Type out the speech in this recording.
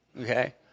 okay